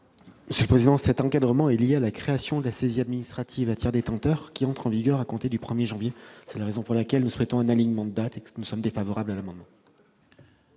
Gouvernement ? Cet encadrement est lié à la création de la saisie administrative à tiers détenteur, qui entre en vigueur à compter du 1 janvier 2019. C'est la raison pour laquelle, souhaitant un alignement de dates, le Gouvernement est défavorable à cet amendement.